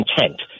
intent